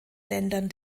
ländern